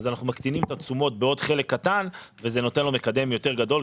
אז אנחנו מקטינים את התשומות בעוד חלק קטן וזה נותן לו מקדם יותר גדול,